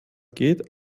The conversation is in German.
geht